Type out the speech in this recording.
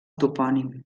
topònim